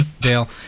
Dale